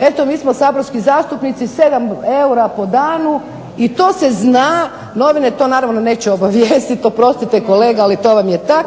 eto mi smo saborski zastupnici, 7 eura po danu. I to se zna, novine to naravno neće obavijestiti. Oprostite kolega, ali to vam je tak.